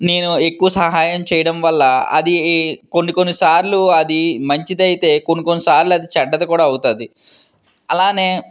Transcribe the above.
నేను ఎక్కువ సహాయం చేయడం వల్ల అది కొన్ని కొన్ని సార్లు అది మంచిది అయితే కొన్ని కొన్ని సార్లు అది చెడ్డది కూడా అవుతుంది అలానే